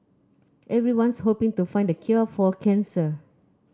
everyone's hoping to find the cure for cancer